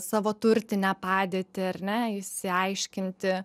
savo turtinę padėtį ar ne išsiaiškinti